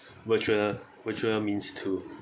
virtual virtual means too